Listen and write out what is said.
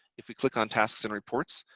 if you click on tasks and reports,